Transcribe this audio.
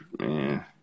Man